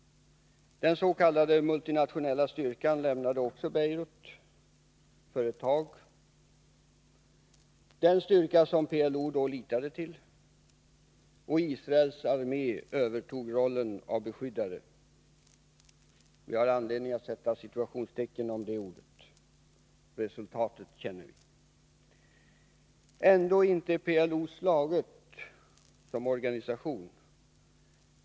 Den så kallade multinationella styrkan lämnade för ett tag också Beirut, den styrka som PLO litade till, och Israels armé övertog rollen av ”beskyddare” — vi har anledning att sätta citationstecken kring det ordet. Resultatet känner vi. Ändå är inte PLO som organisation slaget.